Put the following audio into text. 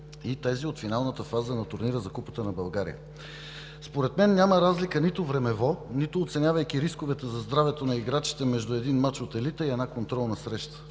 и тези от финалната фаза на турнира за Купата на България. Според мен няма разлика нито времево, нито оценявайки рисковете за здравето на играчите между един мач от елита и една контролна среща.